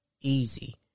easy